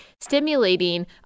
stimulating